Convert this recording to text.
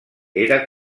era